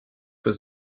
was